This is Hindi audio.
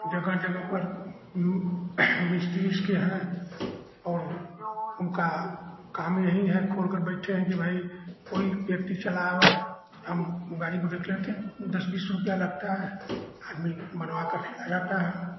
जगह जगह पर मिस्त्री उसके हैं और उनका काम यही है खोलकर बैठे हैं कि भाई कोई व्यक्ति चला आवै हम उस गाड़ी को देख लेते हैं दस बीस रुपया लगता है आदमी बनवाकर चला जाता है